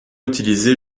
utilisé